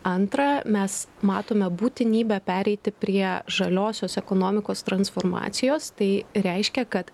antra mes matome būtinybę pereiti prie žaliosios ekonomikos transformacijos tai reiškia kad